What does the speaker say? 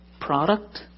product